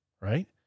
right